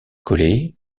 collé